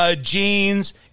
jeans